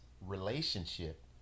relationship